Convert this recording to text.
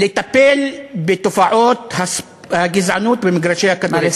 לטפל בתופעות הגזענות במגרשי הכדורגל.